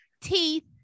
teeth